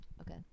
Okay